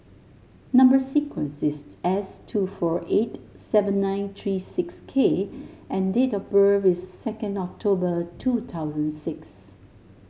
number sequence is S two four eight seven nine three six K and date of birth is second October two thousand six